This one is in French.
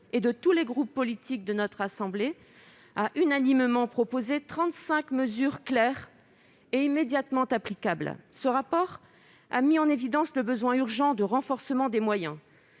et de tous les groupes politiques de notre assemblée, a unanimement proposé trente-cinq mesures claires et immédiatement applicables. Son rapport a mis en évidence le besoin urgent de renforcement des moyens